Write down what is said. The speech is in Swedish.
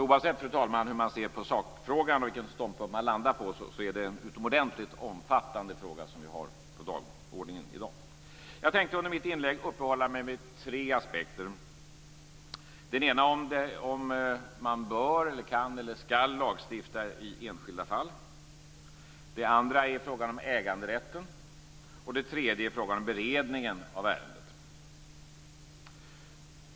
Oavsett hur man ser på sakfrågan och vilken ståndpunkt man landar på är det en utomordentligt omfattande fråga som vi har på dagordningen i dag. Jag tänkte i mitt inlägg uppehålla mig vid tre aspekter. Den ena är om man bör, kan eller skall lagstifta i enskilda fall. Den andra är äganderätten. Den tredje är frågan om beredningen av ärendet.